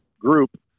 group